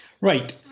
Right